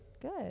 Good